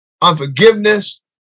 unforgiveness